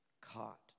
caught